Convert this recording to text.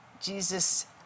Jesus